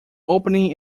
opening